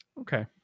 Okay